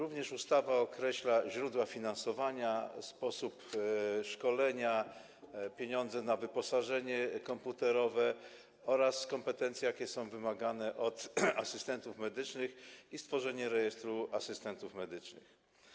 Ustawa określa również źródła finansowania, sposób szkolenia, pieniądze na wyposażenie komputerowe oraz kompetencje, jakie są wymagane od asystentów medycznych, i sposób stworzenia Rejestru Asystentów Medycznych.